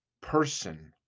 person